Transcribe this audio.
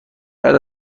بعد